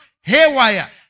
haywire